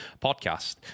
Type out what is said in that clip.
podcast